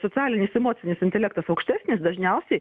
socialinis emocinis intelektas aukštesnis dažniausiai